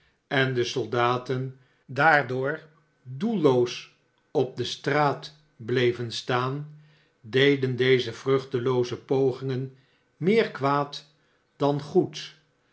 en de soldaten daardoor doelloos op de straat bleven staan deden deze vruchtelooze pogingen meer kwaad dan goed